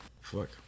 Fuck